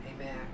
Amen